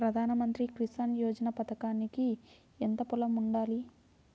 ప్రధాన మంత్రి కిసాన్ యోజన పథకానికి ఎంత పొలం ఉండాలి?